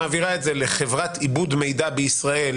מעבירה את זה לחברת עיבוד מידע בישראל,